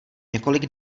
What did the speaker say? několik